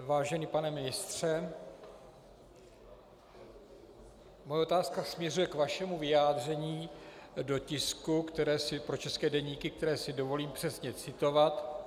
Vážený pane ministře, moje otázka směřuje k vašemu vyjádření do tisku, pro české deníky, které si dovolím přesně citovat: